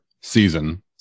season